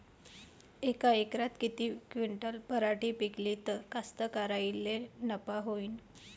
यका एकरात किती क्विंटल पराटी पिकली त कास्तकाराइले नफा होईन?